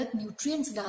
nutrients